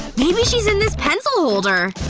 maybe she's in this pencil holder